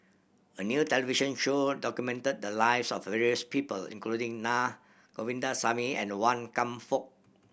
a new television show documented the lives of various people including Na Govindasamy and Wan Kam Fook